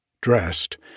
dressed